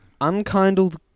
unkindled